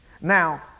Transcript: Now